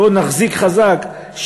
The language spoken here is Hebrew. בוא נחזיק חזק,